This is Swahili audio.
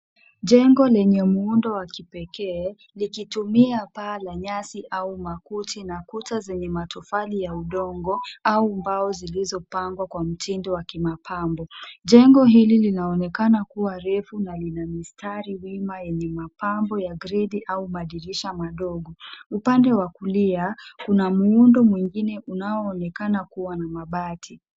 Jengo lenye muundo wa kipekee, likitumia paa la nyasi au makuti na kuta zenye matofali ya udongo au mbao zilizopangwa kwa mtindo wa kimapambo. Jengo hili linaonekana kuwa refu na lina mistari wima yenye mapambo ya gridi au madirisha madogo. Upande wa kulia, kuna muundo mwingine unaoonekana kuwa na mabati.